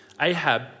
Ahab